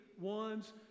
ones